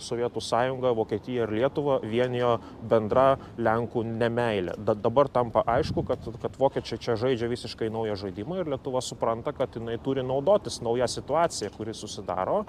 sovietų sąjungą vokietiją ir lietuvą vienijo bendra lenkų ne meilė bet dabar tampa aišku kad kad vokiečiai čia žaidžia visiškai naują žaidimą ir lietuva supranta kad jinai turi naudotis nauja situacija kuri susidaro